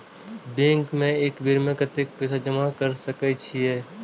Bank में एक बेर में कतेक पैसा जमा कर सके छीये?